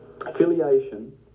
affiliation